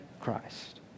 Christ